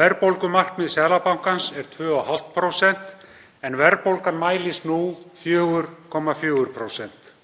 Verðbólgumarkmið Seðlabankans er 2,5% en verðbólgan mælist nú 4,4%.